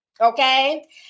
Okay